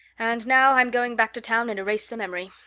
and now i'm going back to town and erase the memory.